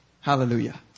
Hallelujah